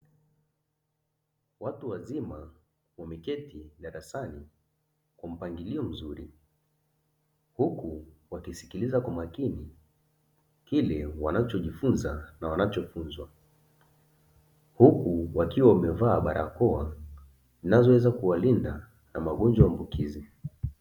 Watu wazima wameketi darasani kwa mpangilio mzuri huku wakisikiliza kwa makini kile wanachojifunza na wanachofunzwa huku wakiwa wamevaa barakoa zinazoweza kuwalinda na magonjwa ambukizi.